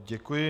Děkuji.